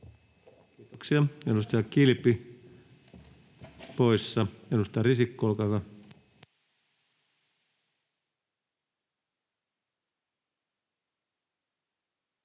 Kiitoksia. — Edustaja Kilpi poissa. — Edustaja Risikko, olkaa hyvä.